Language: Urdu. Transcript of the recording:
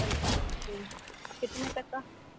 پنچنگ مشین کتنے تک کا